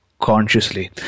consciously